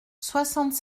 soixante